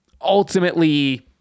Ultimately